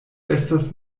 estas